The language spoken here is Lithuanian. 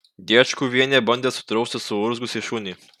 diečkuvienė bandė sudrausti suurzgusį šunį